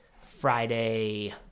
Friday